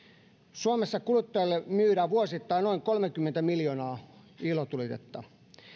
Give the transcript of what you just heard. suomessa kuluttajille myydään vuosittain noin kolmekymmentä miljoonaa ilotulitetta